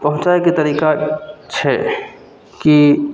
पहुँचैके तरीका छै कि